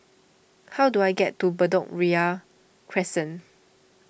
how do I get to Bedok Ria Crescent